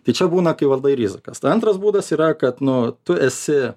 tai čia būna kai valdai rizikas antras būdas yra kad nu tu esi